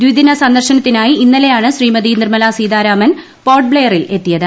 ദിദിന സന്ദർശനത്തി നായി ഇന്നലെയാണ് ശ്രീമതി നിർമല സീതാരാമൻ പോർട്ട് ബ്ലയറിൽ എത്തിയത്